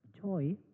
Joy